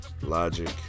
Logic